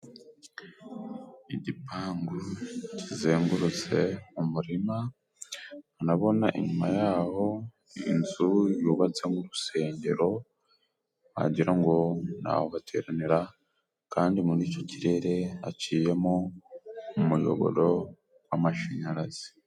Igipangu kizengurutse umurima, urabona inyuma ya ho inzu yubatse nk'urusengero wagira ngo ni aho bateranira, kandi muri icyo kirere haciyemo umuyoboro w'amashanyarazi .